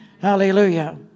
Hallelujah